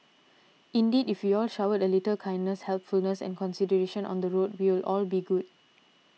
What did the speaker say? indeed if we all showed a little kindness helpfulness and consideration on the road we'll all be good